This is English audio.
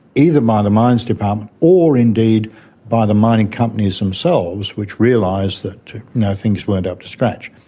either by the mines department or indeed by the mining companies themselves which realised that you know things weren't up to scratch.